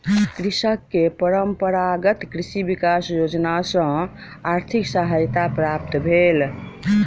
कृषक के परंपरागत कृषि विकास योजना सॅ आर्थिक सहायता प्राप्त भेल